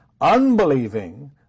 unbelieving